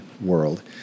world